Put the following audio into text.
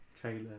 Trailer